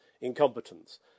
incompetence